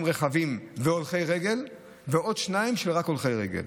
רכבים והולכי רגל ועוד שניים רק להולכי רגל.